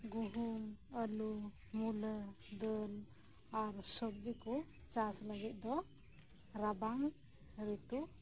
ᱜᱩᱦᱩᱢ ᱟᱹᱞᱩ ᱢᱩᱞᱟᱹ ᱫᱟᱹᱞ ᱟᱨ ᱥᱚᱵᱡᱤᱠᱩ ᱪᱟᱥᱞᱟᱹᱜᱤᱫ ᱫᱚ ᱨᱟᱵᱟᱝ ᱨᱤᱛᱩ